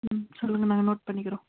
ம் சொல்லுங்க நாங்கள் நோட் பண்ணிக்கிறோம்